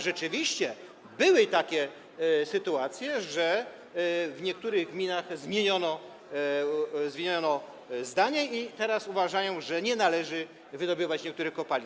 Rzeczywiście były takie sytuacje, że w niektórych gminach zmienili zdanie i teraz uważają, że nie należy wydobywać niektórych kopalin.